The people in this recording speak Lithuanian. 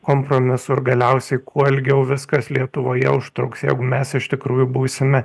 kompromisų ir galiausiai kuo ilgiau viskas lietuvoje užtruks jeigu mes iš tikrųjų būsime